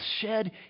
shed